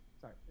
sorry